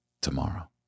tomorrow